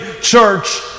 church